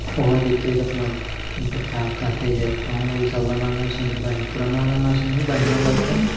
ओहो जेतै तऽ अपना बच्चा कऽ कहतै जे तहूँ ई सब गाना नहि सुनि कऽ पुराना गाना सुनही बढ़िआँ लगतौ